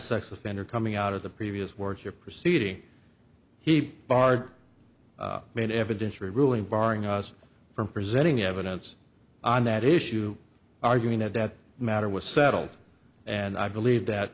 sex offender coming out of the previous work here proceeding he barred main evidence ruling barring us from presenting evidence on that issue arguing that that matter was settled and i believe that